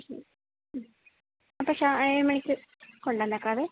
മ്മ് അപ്പോൾ ഏഴുമണിക്ക് കൊണ്ടുവന്നേക്കാവേ